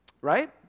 Right